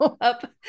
up